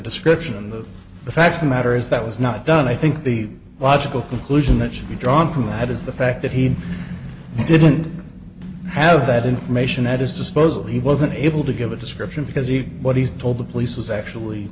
description of the facts the matter is that was not done i think the logical conclusion that should be drawn from that is the fact that he didn't have that information that is disposal he wasn't able to give a description because he what he told the police was actually